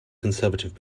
conservative